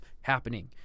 happening